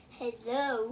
hello